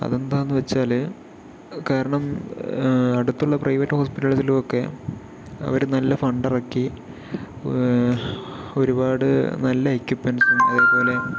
അതെന്താന്ന് വെച്ചാല് കാരണം അടുത്തുള്ള പ്രൈവറ്റ് ഹോസ്പിറ്റലുകളിലൊക്കെ അവര് നല്ല ഫണ്ടിറക്കി ഒരുപാട് നല്ല എക്യുപ്മെൻസും അതേപോലെ